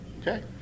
okay